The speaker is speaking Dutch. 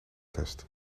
test